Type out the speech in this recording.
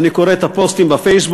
אני קורא את הפוסטים בפייסבוק,